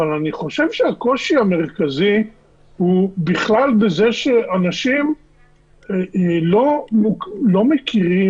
אבל אני חושב שהקושי המרכזי הוא בכלל בזה שאנשים לא מכירים,